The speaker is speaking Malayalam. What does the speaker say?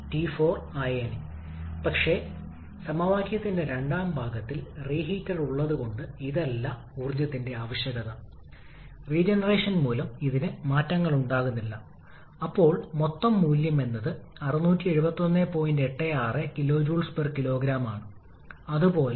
ഇപ്പോൾ കംപ്രഷൻ പ്രക്രിയയിൽ കംപ്രസ്സറിനുള്ള വർക്ക് ഇൻപുട്ട് ആവശ്യകത തെർമോഡൈനാമിക്സിന്റെ രണ്ടാമത്തെ നിയമത്തെക്കുറിച്ച് ചിന്തിക്കുകയും അത് ഒരു ഐസന്റ്രോപിക് കംപ്രസ്സറിൽ പ്രയോഗിക്കുകയും ചെയ്യുന്നതുപോലെ